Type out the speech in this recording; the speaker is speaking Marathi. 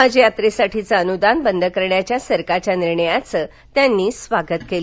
हजयात्रेसाठीचं अनुदान बंद करण्याच्या सरकारच्या निर्णयाचं त्यांनी स्वागत केलं